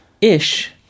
Ish